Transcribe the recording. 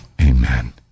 Amen